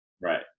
Right